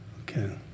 Okay